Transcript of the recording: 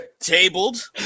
Tabled